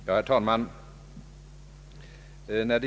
Herr talman!